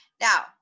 Now